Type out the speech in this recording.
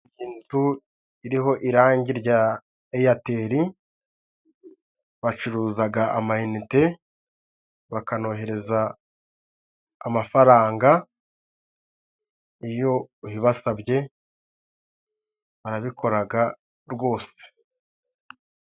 Inzu iriho irangi rya airtel, bacuruzaga amanite bakanohereza amafaranga. Iyo ubibasabye barabikoraga rwose.